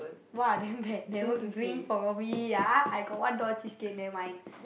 !wah! damn bad never bring for me ah I got one dollar cheesecake never mind